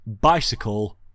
bicycle